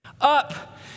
up